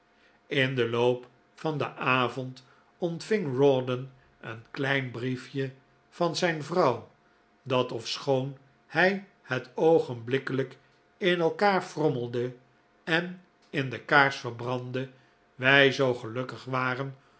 in den loop van den avond ontving rawdon een klein brief je van zijn vrouw dat ofschoon hij het oogenblikkelijk in elkaar frommelde en in de kaars verbrandde wij zoo gelukkig waren